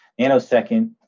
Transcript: nanosecond